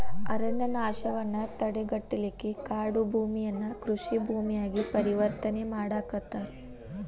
ಅರಣ್ಯನಾಶವನ್ನ ತಡೆಗಟ್ಟಲಿಕ್ಕೆ ಕಾಡುಭೂಮಿಯನ್ನ ಕೃಷಿ ಭೂಮಿಯಾಗಿ ಪರಿವರ್ತನೆ ಮಾಡಾಕತ್ತಾರ